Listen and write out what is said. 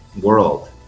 world